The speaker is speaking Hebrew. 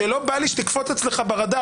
שלא בא לי שתקפוץ אצלך ברדאר,